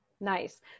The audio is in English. Nice